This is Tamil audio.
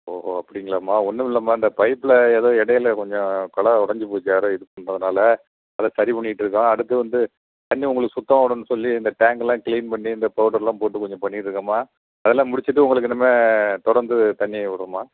ஓஹோ அப்படிங்களாம்மா ஒன்றும் இல்லைம்மா இந்த பைப்பில் ஏதோ இடையில கொஞ்சம் கொழாய் ஒடைஞ்சி போச்சு யாரோ இடிச்சுருந்ததுனால அதான் சரி பண்ணிகிட்ருக்கோம் அடுத்து வந்து தண்ணி உங்களுக்கு சுத்தமாக விடணும்னு சொல்லி இந்த டேங்குலாம் கிளீன் பண்ணி இந்த பவுடர்லாம் போட்டு கொஞ்சம் பண்ணிட்டுருக்கேம்மா அதெல்லாம் முடிச்சுட்டு உங்களுக்கு இனிமேல் தொடர்ந்து தண்ணி வரும்மா